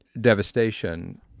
devastation